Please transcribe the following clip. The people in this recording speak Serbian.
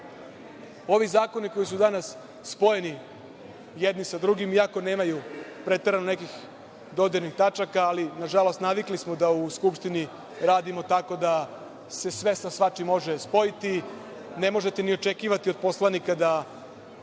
ovi zakoni koji su danas spojeni jedni sa drugim, iako nemaju preterano nekakvih dodirnih tačaka, ali nažalost navikli smo da u Skupštini radimo tako da se sve sa svačim može spojiti, ne možete ni očekivati od poslanika da